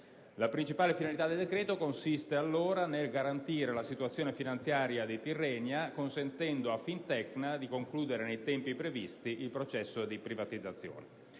La principale finalità del decreto consiste, allora, nel garantire la situazione finanziaria di Tirrenia, consentendo a Fintecna di concludere nei tempi previsti il processo di privatizzazione